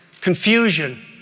confusion